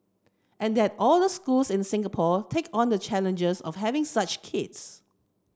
and that all the schools in Singapore take on the challenges of having such kids